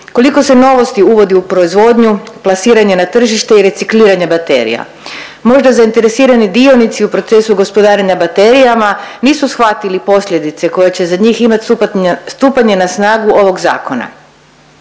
koliko se novosti uvodi u proizvodnju, plasiranje na tržište i recikliranje baterija. Možda zainteresirani dionici u procesu gospodarenja baterijama nisu shvatili posljedice koje će za njih imati stupanje na snagu ovog zakona.